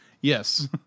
Yes